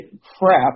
crap